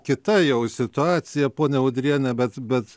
kita jau situacija ponia udriene bet bet